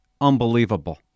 unbelievable